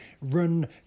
run